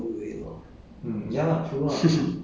so if you want to do your own things you have to